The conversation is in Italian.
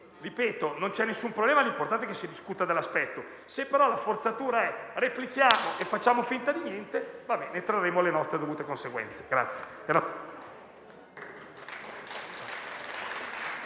ripeto, non c'è alcun problema; l'importante è che si discuta dell'aspetto. Se, però, la forzatura è: replichiamo e facciamo finta di niente, va bene, trarremo le nostre dovute conseguenze.